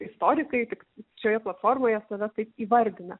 istorikai tik šioje platformoje save taip įvardina